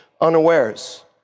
unawares